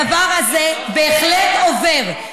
הדבר הזה בהחלט עובר,